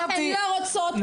הן לא רוצות,